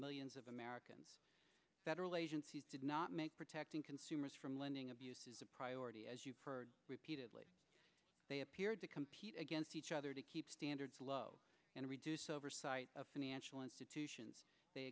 millions of americans federal agencies did not make protecting consumers from lending abuses a priority as you heard repeatedly they appeared to compete against each other to keep standards low and reduce oversight of financial institutions they